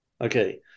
Okay